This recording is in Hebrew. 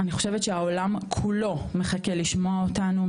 אני חושבת שהעולם כולו מחכה לשמוע אותנו,